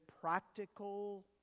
practical